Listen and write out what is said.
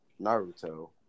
Naruto